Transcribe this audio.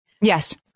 Yes